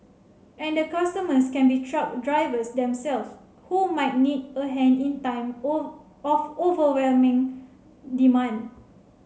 and the customers can be truck drivers themselves who might need a hand in time of overwhelming demand